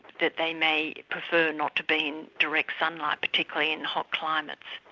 that they may prefer not to be in direct sunlight, particularly in hot climates.